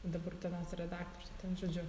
dabar utenos redaktorius ten žodžiu